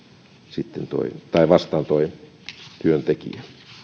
työnantaja vastaan työntekijä